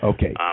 Okay